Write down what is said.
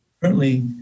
Currently